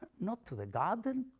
not to the garden,